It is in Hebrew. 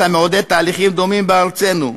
אתה מעודד תהליכים דומים בארצנו,